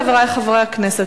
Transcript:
חברי חברי הכנסת,